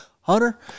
Hunter